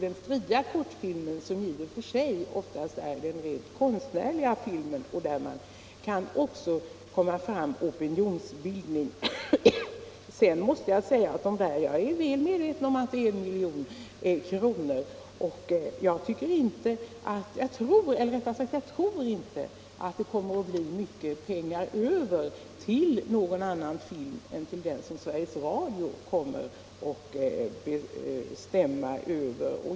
Den fria kortfilmen är oftast den mera konstnärliga filmen och den genom vilken det också kan ske en opinionsbildning. Jag är väl medveten om att stödet är 1 milj.kr., men jag tror inte att det kommer att bli mycket pengar över till någon annan film än den som Sveriges Radio kommer att bestämma över.